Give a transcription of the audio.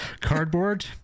Cardboard